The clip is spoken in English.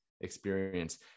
experience